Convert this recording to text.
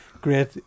great